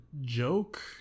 joke